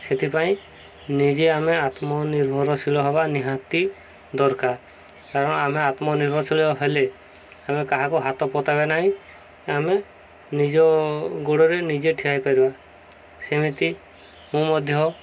ସେଥିପାଇଁ ନିଜେ ଆମେ ଆତ୍ମନିର୍ଭରଶୀଳ ହେବା ନିହାତି ଦରକାର କାରଣ ଆମେ ଆତ୍ମନିର୍ଭରଶୀଳ ହେଲେ ଆମେ କାହାକୁ ହାତ ପତାଇବା ନାହିଁ ଆମେ ନିଜ ଗୋଡ଼ରେ ନିଜେ ଠିଆ ହୋଇ ପାରିବା ସେମିତି ମୁଁ ମଧ୍ୟ